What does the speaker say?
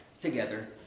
together